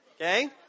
Okay